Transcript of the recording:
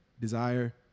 desire